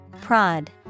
Prod